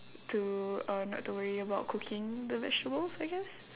to uh not to worry about cooking the vegetables I guess